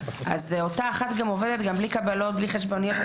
אותה אחת גם עובדת בלי קבלות ובלי חשבוניות.